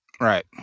Right